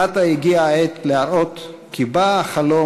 עתה הגיעה העת להראות כי בא החלום